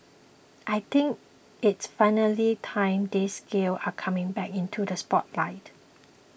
I think it's finally time these skills are coming back into the spotlight